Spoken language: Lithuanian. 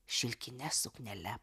šilkine suknele